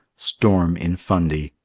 storm in fundy.